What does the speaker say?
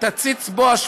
תודה רבה.